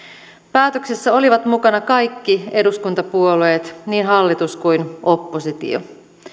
päätöksessä olivat mukana kaikki eduskuntapuolueet niin hallitus kuin oppositio